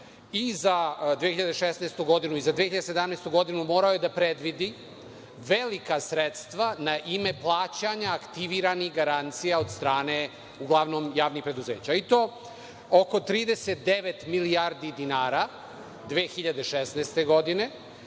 i za 2016. godinu i za 2017. godinu morao je da predvidi velika sredstva na ime plaćanja aktiviranih garancija od strane, uglavnom javnih preduzeća, i to oko 39 milijardi dinara 2016. godine